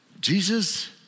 Jesus